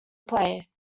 play